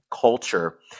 culture